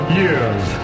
years